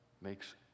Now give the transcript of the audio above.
makes